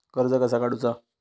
कर्ज कसा काडूचा?